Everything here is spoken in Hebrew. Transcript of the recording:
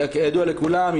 כידוע לכולם,